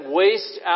waste